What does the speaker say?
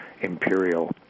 imperial